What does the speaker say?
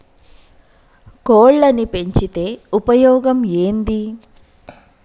కోళ్లని పెంచితే ఉపయోగం ఏంది?